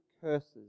curses